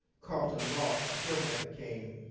carlton moss, the filmmaker came,